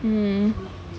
mmhmm